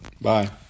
Bye